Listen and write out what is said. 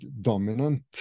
dominant